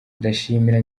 ndashimira